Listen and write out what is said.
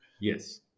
Yes